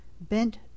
Bent